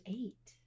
eight